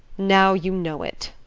now you know it.